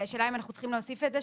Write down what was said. השאלה אם אנחנו צריכים להוסיף את זה,